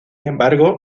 embargo